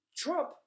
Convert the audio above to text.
Trump